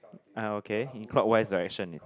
uh okay clockwise direction is it